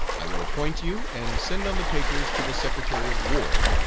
i will appoint you, and send on the papers to the secretary of war,